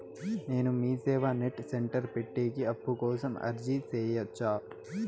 నేను MeeSeva net center పెట్టేకి అప్పు కోసం అర్జీ సేయొచ్చా?